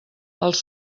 els